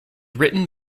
written